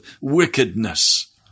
wickedness